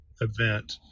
event